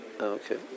Okay